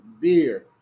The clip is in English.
beer